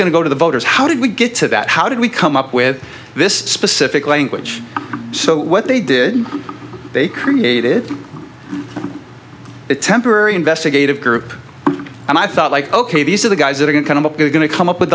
going to go to the voters how did we get to that how did we come up with this specific language so what they did they created a temporary investigative group and i thought like ok these are the guys that are going to be going to come up with